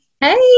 Hey